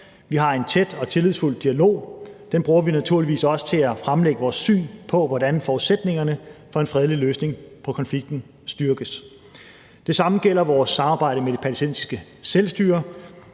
Vi har en tæt og tillidsfuld dialog. Den bruger vi naturligvis også til at fremlægge vores syn på, hvordan forudsætningerne for en fredelig løsning på konflikten styrkes. Det samme gælder vores samarbejde med det palæstinensiske selvstyre.